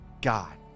God